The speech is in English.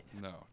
No